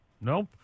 Nope